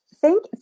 Thank